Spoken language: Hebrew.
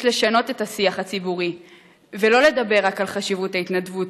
יש לשנות את השיח הציבורי ולא לדבר רק על חשיבות ההתנדבות,